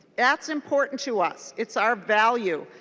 that's important to us. it's our value.